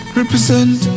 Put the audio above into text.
represent